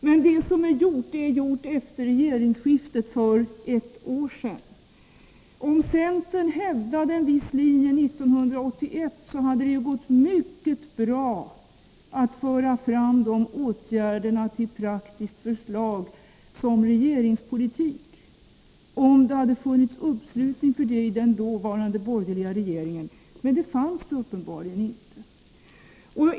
Men det som gjorts har skett efter regeringsskiftet för ett år sedan. Om centern hävdat en viss linje 1981, hade det gått mycket bra att föra fram dessa åtgärder till praktiska förslag som regeringspolitik, ifall det hade funnits uppslutning för det i den dåvarande borgerliga regeringen — men det fanns det uppenbarligen inte.